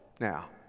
Now